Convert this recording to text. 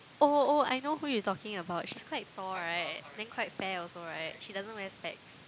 oh oh I know who you talking about she's quite tall right then quite fair also right she doesn't wear specs